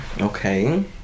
Okay